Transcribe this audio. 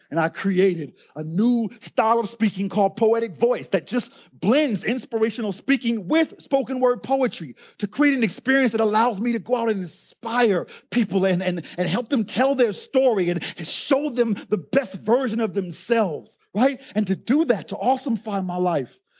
and i created a new style of speaking called poetic voice that just blends inspirational speaking with spoken word poetry, to create an experience that allows me to go out and inspire people and and help them tell their story, and show so them the best version of themselves, right. and to do that to awesomefy my life.